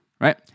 right